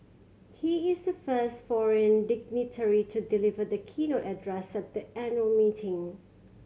he is the first foreign dignitary to deliver the keynote address at the annual meeting